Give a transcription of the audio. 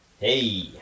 Hey